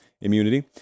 Immunity